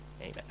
Amen